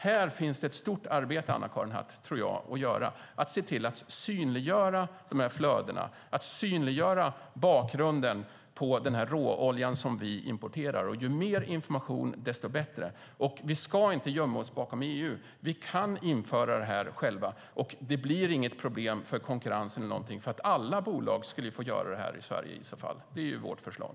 Det finns ett stort arbete att göra, Anna-Karin Hatt, när det gäller att synliggöra de här flödena och vilken bakgrund den här råoljan som vi importerar har. Ju mer information, desto bättre. Vi ska inte gömma oss bakom EU. Vi kan införa det här själva, och det blir inte något problem för konkurrensen, för alla bolag skulle i så fall få göra det här i Sverige. Det är vårt förslag.